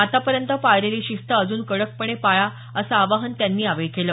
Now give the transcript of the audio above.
आतापर्यंत पाळलेली शिस्त अजून कडकपणे पाळा असं आवाहन त्यांनी यावेळी केलं